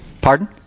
Pardon